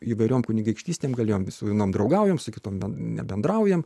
įvairiom kunigaikštystėm galėjom vis vienom draugaujam su kitomi nebendraujam